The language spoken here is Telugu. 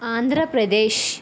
ఆంధ్రప్రదేశ్